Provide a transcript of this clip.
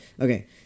okay